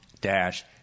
dash